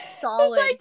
solid